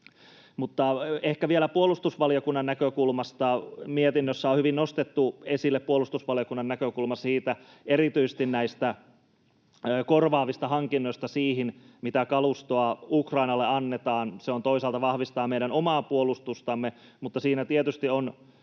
Mutta ehkä vielä puolustusvaliokunnan näkökulmasta. Mietinnössä on hyvin nostettu esille puolustusvaliokunnan näkökulma siitä — erityisesti näistä korvaavista hankinnoista — mitä kalustoa Ukrainalle annetaan. Se toisaalta vahvistaa meidän omaa puolustustamme, mutta siinä tietysti on